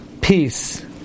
Peace